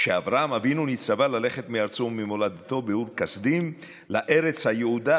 כשאברהם אבינו נצטווה ללכת מארצו וממולדתו באור כשדים לארץ היעודה,